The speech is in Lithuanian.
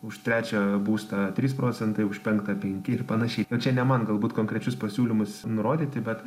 už trečią būstą trys procentai už penktą penki ir panašiai čia ne man galbūt konkrečius pasiūlymus nurodyti bet